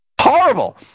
horrible